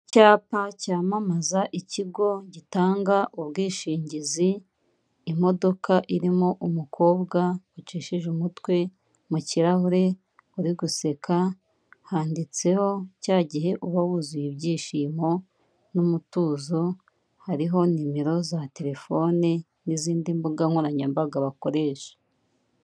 Icyapa cyamamaza ikigo gitanga ubwishingizi, imodoka irimo umukobwa ucishije umutwe mu kirahure uri guseka, handitseho cya gihe uba wuzuye ibyishimo n'umutuzo, hariho nimero za telefone n'izindi mbuga nkoranyambaga bakoresha.